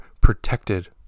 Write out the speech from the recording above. protected